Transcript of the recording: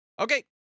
okay